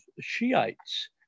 Shiites